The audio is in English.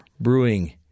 brewing